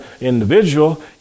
individual